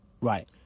Right